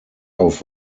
auf